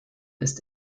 ist